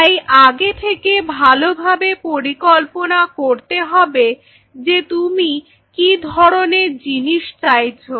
তাই আগে থেকে ভালোভাবে পরিকল্পনা করতে হবে যে তুমি কি ধরনের জিনিস চাইছো